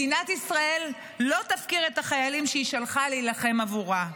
מדינת ישראל לא תפקיר את החיילים שהיא שלחה להילחם עבורה,